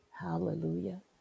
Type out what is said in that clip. Hallelujah